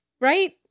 right